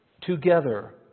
together